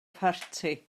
parti